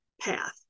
path